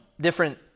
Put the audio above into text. different